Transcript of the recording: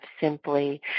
simply